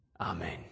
Amen